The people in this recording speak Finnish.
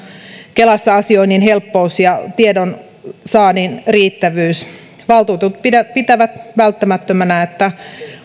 kelassa asioinnin helppous ja tiedonsaannin riittävyys valtuutetut pitävät pitävät välttämättömänä että